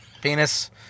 penis